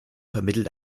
vermittelt